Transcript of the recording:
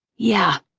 yeah.